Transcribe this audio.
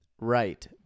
Right